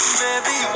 baby